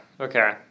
okay